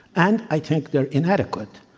and i think they're inadequate.